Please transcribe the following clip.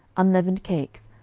unleavened cakes,